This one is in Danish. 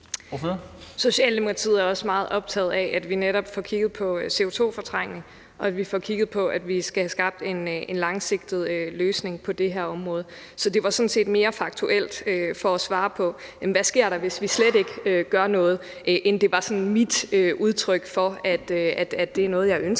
Socialdemokratiet er også meget optaget af, at vi netop får kigget på CO2-fortrængning, og at vi får kigget på, at vi skal have skabt en langsigtet løsning på det her område. Så det var sådan set mere faktuelt for at svare på, hvad der sker, hvis vi slet ikke gør noget, end det var mit udtryk for, at det er noget, jeg ønsker